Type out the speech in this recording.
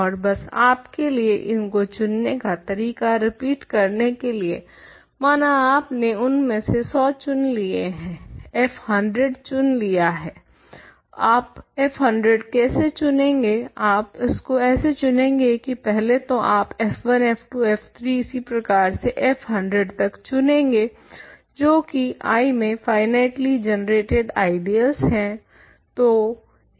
और बस आपके लिए इनको चुनने का तरीका रिपीट करने के लिए माना आपने उनमें से 100 चुन लिए हैं f100 चुन लिया है आप f100 कैसे चुनेंगे आप इसको ऐसे चुनेंगे की पहले तो आप f1 f2 f3 इसी प्रकार से f100 तक चुनेंगे जो की I में फाइनाइटली जनरेटेड आइडियल्स हैं